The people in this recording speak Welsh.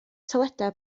toiledau